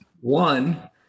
one